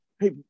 hey